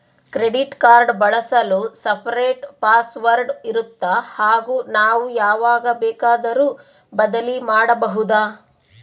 Credit card ಬಳಸಲು separate password ಇರುತ್ತಾ ಹಾಗೂ ನಾವು ಯಾವಾಗ ಬೇಕಾದರೂ ಬದಲಿ ಮಾಡಬಹುದಾ?